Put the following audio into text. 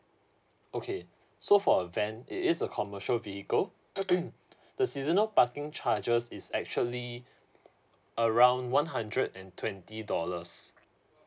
okay so for a van it is a commercial vehicles the seasonal parking charges is actually around one hundred and twenty dollars